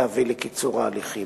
להביא לקיצור הליכים.